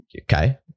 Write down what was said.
Okay